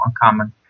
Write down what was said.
uncommon